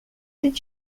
did